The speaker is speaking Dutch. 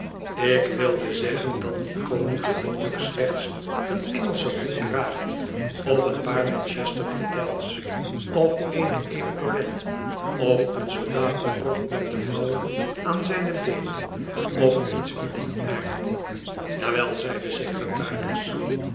ik wilde zeggen dat die koning gewoonlijk slechts een engelschen hoed draagt of een paar manchester bretels of ééne epaulet of een soldatenrok met de mouwen aan zijne beenen of iets van dien aard ja wel zei de secretaris